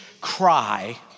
cry